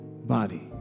body